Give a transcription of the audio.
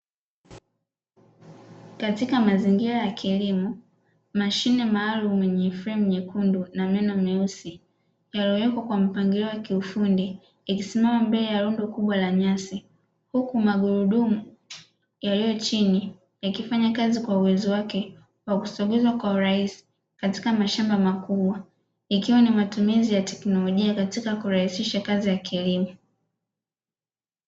Katika mazingira ya kilimo mashine maalumu yenye fremu nyekundu na meno meusi yaliyowekwa kwa mpangilio wa kiufundi ikisimama mbele ya rundo kubwa la nyasi, huku magurudumu yaliyo chini yakifanya kazi kwa uwezo wake wa kusogeza kwa urahisi katika mashamba makubwa ikiwa ni matumizi ya teknolojia katika kurahisisha kazi ya kilimo.